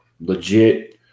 legit